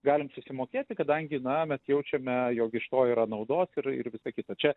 galim susimokėti kadangi na mes jaučiame jog iš to yra naudos ir ir visa kita čia